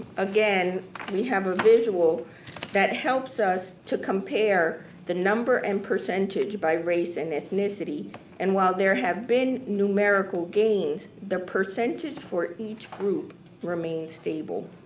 again we have a visual that helps us to compare the number and percentage by race and ethnicity and while there have been numerical gains the percentage for each group remains stable.